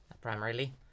primarily